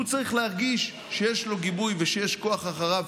הוא צריך להרגיש שיש לו גיבוי ושיש כוח אחריו,